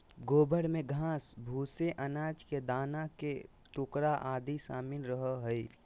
गोबर में घास, भूसे, अनाज के दाना के टुकड़ा आदि शामिल रहो हइ